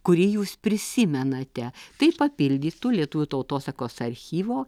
kurį jūs prisimenate tai papildytų lietuvių tautosakos archyvo